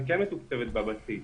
היא כן מתוקצבת בבסיס,